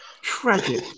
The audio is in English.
Tragic